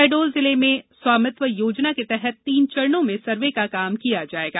शहडोल जिले में स्वामित्व योजना के तहत तीन चरणों में सर्वे का काम किया जायेगा